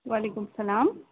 وعلیکُم سلام